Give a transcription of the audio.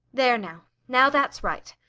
there now. now that's right.